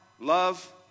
love